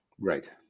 Right